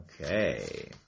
Okay